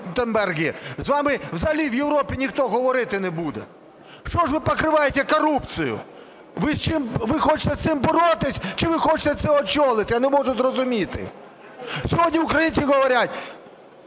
з вами взагалі в Європі ніхто говорити не буде. Що ж ви покриваєте корупцію? Ви хочете з цим боротися чи ви хочете це очолити? Я не можу зрозуміти. Сьогодні українці говорять: